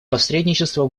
посредничества